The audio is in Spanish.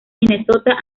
minnesota